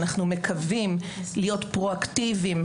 אנחנו מקווים להיות פרו-אקטיביים,